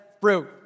fruit